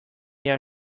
jahr